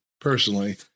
personally